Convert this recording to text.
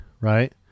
right